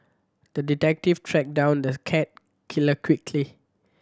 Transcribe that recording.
the detective tracked down the cat killer quickly